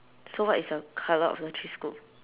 so what is the colour of the three scoop